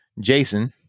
Jason